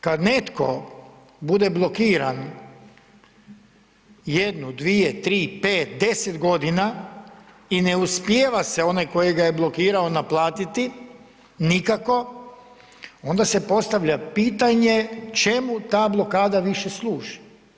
Kada netko bude blokiran jednu, dvije, tri, pet, deset godina i ne uspijeva se onaj tko ga je blokirao naplatiti nikako onda se postavlja pitanje, čemu ta blokada više služi.